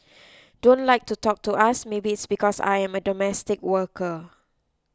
don't like to talk to us maybe it's because I am a domestic worker